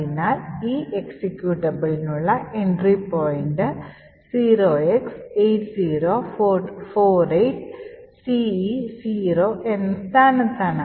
അതിനാൽ ഈ എക്സിക്യൂട്ടബിളിനുള്ള എൻട്രി പോയിന്റ് 0x8048ce0 എന്ന സ്ഥാനത്താണ്